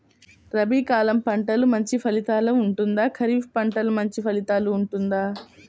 రబీ కాలం పంటలు మంచి ఫలితాలు ఉంటుందా? ఖరీఫ్ పంటలు మంచి ఫలితాలు ఉంటుందా?